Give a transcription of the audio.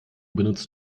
benutzt